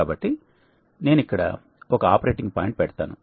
కాబట్టి నేను ఇక్కడ ఒక ఆపరేటింగ్ పాయింట్ పెడతాను